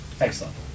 Excellent